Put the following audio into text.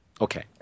Okay